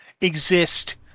exist